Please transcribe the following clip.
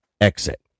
exit